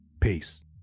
Peace